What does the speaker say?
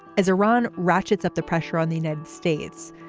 as iran ratchets up the pressure on the red states,